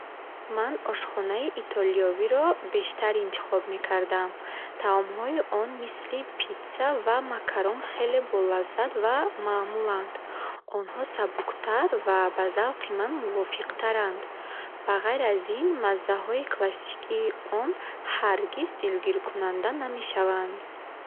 Ман ошхонаи итолиёвиро бештар интихоб мекардам. Таомҳои он, мисли питса ва макарон, хеле болаззат ва маъмуланд. Онҳо сабуктар ва ба завқи ман мувофиқтаранд. Ба ғайр аз ин, маззаҳои классикии он ҳаргиз дилгиркунанда намешаванд.